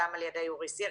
גם על ידי אורי סירקיס,